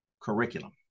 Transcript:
curriculum